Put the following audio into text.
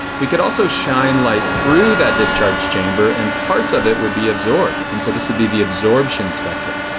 we could also shine light through that discharge chamber and parts of it would be absorbed. and so this would be the absorption spectra.